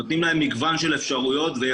נותנים להן מגוון של אפשרויות ויכולת.